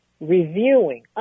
reviewing